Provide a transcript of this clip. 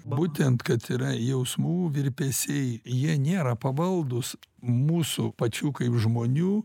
būtent kad yra jausmų virpesiai jie nėra pavaldūs mūsų pačių kaip žmonių